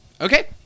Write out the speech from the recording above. Okay